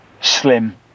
slim